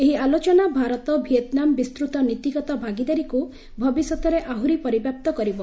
ଏହି ଆଲୋଚନା ଭାରତ ଭିଏତ୍ନାମ୍ ବିସ୍ତତ ନୀତିଗତ ଭାଗିଦାରୀକୁ ଭବିଷ୍ୟତରେ ଆହୁରି ପରିବ୍ୟାପ୍ତ କରିବ